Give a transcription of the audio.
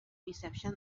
reception